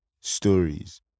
stories